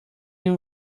you